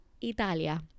italia